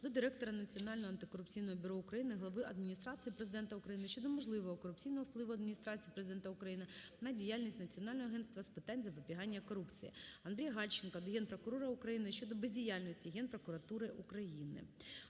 до Директора Національного антикорупційного бюро України, глави Адміністрації Президента України щодо можливого корупційного впливу Адміністрації Президента України на діяльність Національного агентства з питань запобігання корупції. Андрія Гальченка до Генпрокурора України щодо бездіяльності Генпрокуратури України.